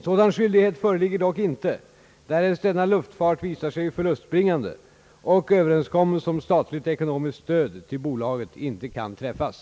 Sådan skyldighet föreligger dock inte därest denna luftfart visar sig förlustbringande och överenskommelse om statligt ekonomiskt stöd till bolaget inte kan träffas.